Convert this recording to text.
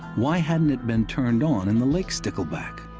why hadn't it been turned on in the lake stickleback,